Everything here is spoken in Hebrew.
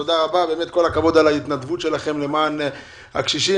כל הכבוד על ההתנדבות למען הקשישים,